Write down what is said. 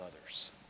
others